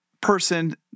person